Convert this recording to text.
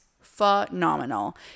phenomenal